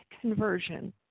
conversion